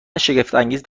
شگفتانگیز